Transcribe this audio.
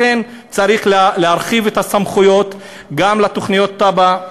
לכן צריך להרחיב את הסמכויות גם לתב"ע,